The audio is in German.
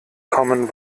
commen